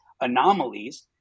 anomalies